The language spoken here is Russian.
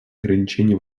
ограничений